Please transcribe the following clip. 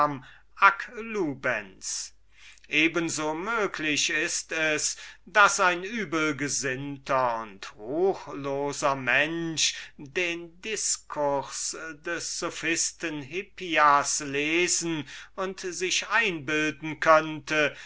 eben so möglich daß ein übelgesinnter oder ruchloser mensch den diskurs des sophisten hippias lesen und sich einbilden kann